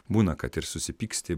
būna kad ir susipyksti